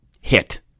hit